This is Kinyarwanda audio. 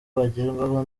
bagerwaho